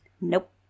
Nope